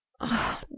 Oh